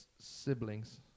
siblings